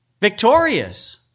victorious